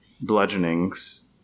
bludgeonings